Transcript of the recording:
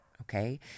Okay